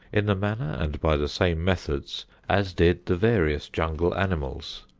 in the manner and by the same methods as did the various jungle animals.